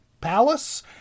palace